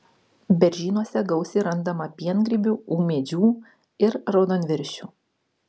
beržynuose gausiai randama piengrybių ūmėdžių ir raudonviršių